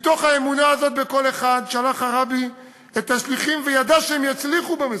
מתוך האמונה הזאת בכל אחד שלח הרבי את השליחים וידע שהם יצליחו במשימה,